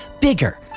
Bigger